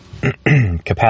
Capacity